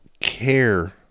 care